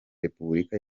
repubulika